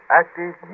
active